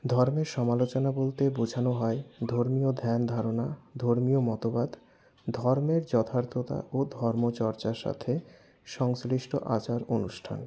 ধর্মের সমালোচনা বলতে বোঝানো হয় ধর্মীয় ধ্যান ধারণা ধর্মীয় মতবাদ ধর্মের যথার্থতা ও ধর্মচর্চার সাথে সংশ্লিষ্ট আচার অনুষ্ঠান